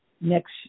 next